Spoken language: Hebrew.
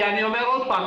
כי אני אומר עוד פעם,